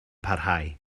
parhau